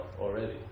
already